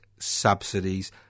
subsidies